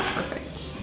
perfect.